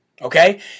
okay